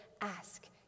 Ask